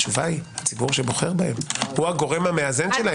התשובה היא הציבור שבוחר בהם הוא הגורם המאזן שלהם.